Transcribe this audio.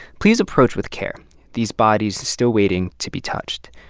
please approach with care these bodies still waiting to be touched.